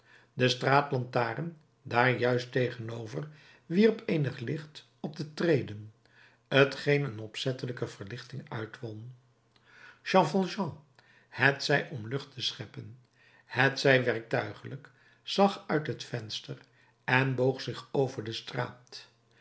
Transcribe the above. de straatlantaarn daar juist tegenover wierp eenig licht op de treden t geen een opzettelijke verlichting uitwon jean valjean hetzij om lucht te scheppen hetzij werktuiglijk zag uit het venster en boog zich over de straat